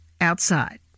outside